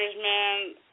man